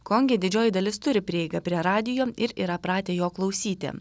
konge didžioji dalis turi prieigą prie radijo ir yra pratę jo klausyti